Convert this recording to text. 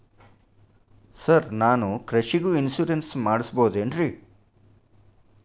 Sir ನಾನು ಕೃಷಿಗೂ insurance ಮಾಡಸಬಹುದೇನ್ರಿ?